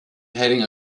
heading